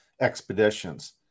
expeditions